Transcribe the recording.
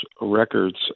records